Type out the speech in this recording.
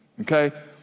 okay